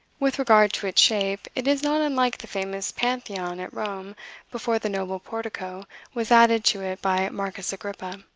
with regard to its shape, it is not unlike the famous pantheon at rome before the noble portico was added to it by marcus agrippa.